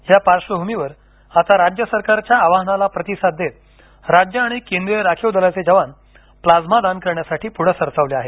या पर्श्वभ्मीवर आता राज्य सरकारच्या आवाहनाला प्रतिसाद देत राज्य आणि केंद्रीय राखीव दलाचे जवान प्लाझ्मा दान करण्यासाठी पुढे सरसावले आहेत